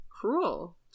cruel